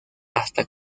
hasta